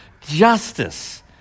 justice